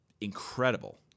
incredible